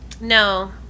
No